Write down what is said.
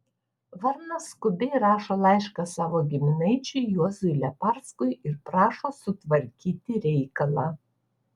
varnas skubiai rašo laišką savo giminaičiui juozui leparskui ir prašo sutvarkyti reikalą